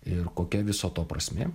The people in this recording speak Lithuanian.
ir kokia viso to prasmė